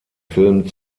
filmen